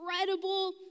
incredible